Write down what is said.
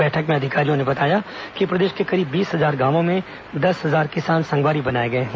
बैठक में अधिकारियों ने बताया कि प्रदेश के करीब बीस हजार गांवों में दस हजार किसान संगवारी बनाए गए हैं